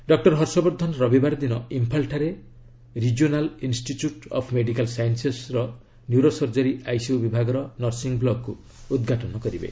doctor Harshvardhan ରବିବାର ଦିନ ଇମ୍ଫାଲଠାରେ ରିଜିଓନାଲ ଇନ୍ଷ୍ଟିଚ୍ୟୁଟ୍ ଅଫ୍ ମେଡ଼ିକାଲ ସାଇନ୍ସେସର ନ୍ୟୁରୋସର୍ଜରୀ ଆଇସିୟୁ ବଭାଗର ନର୍ସିଂ ବ୍ଲକକୁ ଉଦ୍ଘାଟନ କରିବେ